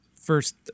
first